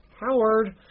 Howard